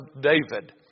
David